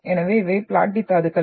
எனவே இவை பிளாட்டி தாதுக்கள்